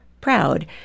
proud